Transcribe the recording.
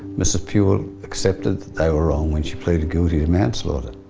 mrs puhle accepted they were wrong when she pleaded guilty to manslaughter.